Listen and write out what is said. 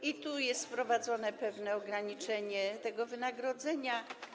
I tu jest wprowadzone pewne ograniczenie tego wynagrodzenia.